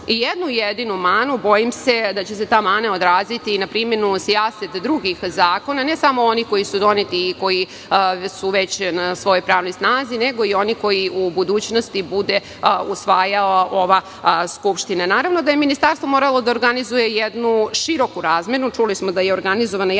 i jednu jedinu manu, bojim se da će se ta mana odraziti i na primenu sijaset drugih zakona, ne samo onih koji su doneti i koji su već na svojoj pravnoj snazi, nego i one koje u budućnosti bude usvajala ova Skupština. Naravno da je ministarstvo moralo da organizuje jednu široku razmenu. Čuli smo da je organizovana i